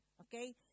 Okay